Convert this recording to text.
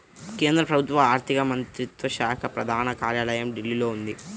కేంద్ర ప్రభుత్వ ఆర్ధిక మంత్రిత్వ శాఖ ప్రధాన కార్యాలయం ఢిల్లీలో ఉంది